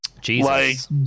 Jesus